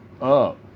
up